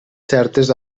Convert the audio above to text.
certes